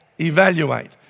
evaluate